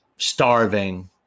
Starving